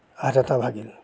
হাত এটা ভাগিল